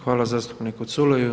Hvala zastupniku Culeju.